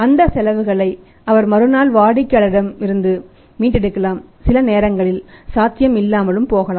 அந்தச் செலவுகளை அவர் மறுநாள் வாடிக்கையாளர்களிடம் இருந்து மீட்டெடுக்கலாம் சில நேரங்களில் சாத்தியம் இல்லாமலும் போகலாம்